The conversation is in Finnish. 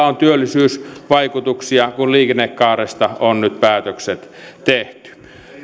on työllisyysvaikutuksia kun liikennekaaresta on nyt päätökset tehty